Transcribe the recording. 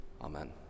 Amen